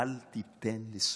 אל תיתן לסמוטריץ',